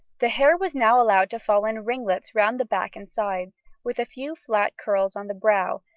the hair was now allowed to fall in ringlets round the back and sides, with a few flat curls on the brow,